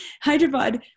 Hyderabad